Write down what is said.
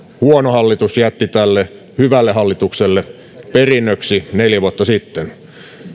huono hallitus jätti tälle hyvälle hallitukselle perinnöksi neljä vuotta sitten